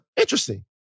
interesting